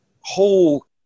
Whole